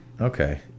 Okay